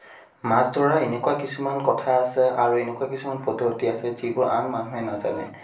মাছ ধৰা এনেকুৱা কিছুমান কথা আছে আৰু এনেকুৱা কিছুমান পদ্ধতি আছে যিবোৰ আন মানুহে নাজানে